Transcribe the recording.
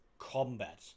Combat